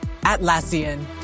Atlassian